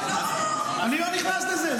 אני לא נכנס לזה.